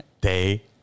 day